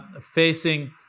facing